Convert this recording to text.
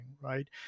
right